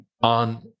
on